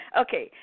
Okay